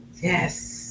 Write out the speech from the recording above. Yes